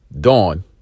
Dawn